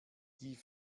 die